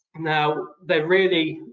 now, they're really,